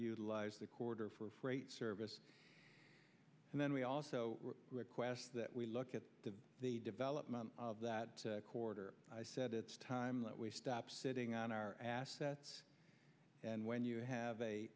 utilize the quarter for freight service and then we also request that we look at the the development of that quarter i said it's time that we stop sitting on our assets and when you have